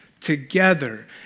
together